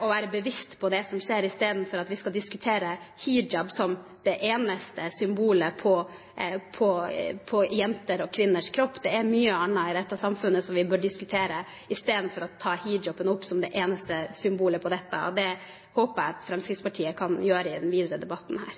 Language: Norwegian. og være bevisst på det som skjer, i stedet for at vi skal diskutere hijab som det eneste symbolet på jenter og kvinners kropp. Det er mye annet i dette samfunnet som vi bør diskutere i stedet for å ta hijaben opp som det eneste symbolet på dette. Det håper jeg at Fremskrittspartiet kan gjøre i den videre debatten her.